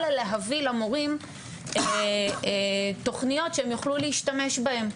להביא למורים תוכניות שהם יוכלו להשתמש בהם,